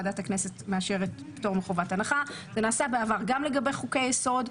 יותר לגבי חוקי היסוד.